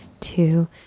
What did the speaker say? two